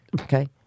Okay